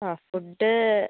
ആ ഫുഡ്